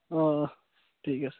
অঁ অঁ ঠিক আছে